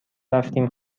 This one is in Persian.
رفتیم